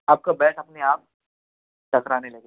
आपका बैट अपने आप टकराने लगेगा